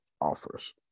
offers